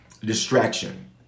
Distraction